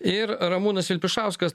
ir ramūnas vilpišauskas